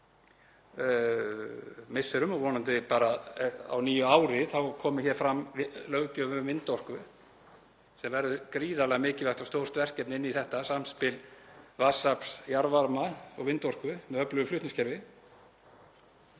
misserum og vonandi á nýju ári komi fram löggjöf um vindorku sem verður gríðarlega mikilvægt og stórt verkefni í þessu samspili vatnsafls, jarðvarma og vindorku með öflugu flutningskerfi